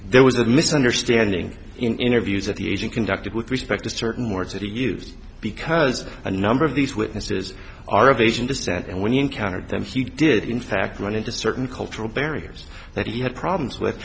there was a misunderstanding in interviews that the agent conducted with respect to certain words that he used because a number of these witnesses are of asian descent and when you encountered them he did in fact run into certain cultural barriers that he had problems with